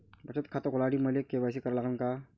बचत खात खोलासाठी मले के.वाय.सी करा लागन का?